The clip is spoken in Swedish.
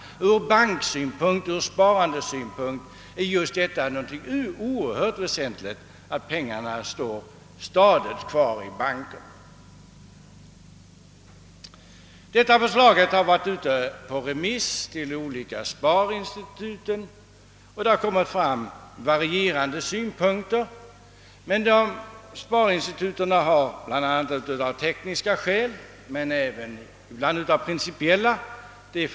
Ur banksynpunkt och sparandesynpunkt är det oerhört väsentligt att pengarna står stadigt kvar i bankerna. Detta förslag har varit ute på remiss till de olika sparinstituten, och det har anförts varierande synpunkter. Sparinstituten har anfört tekniska och ibland principiella skäl mot förslaget.